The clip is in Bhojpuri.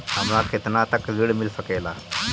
हमरा केतना तक ऋण मिल सके ला?